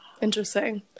Interesting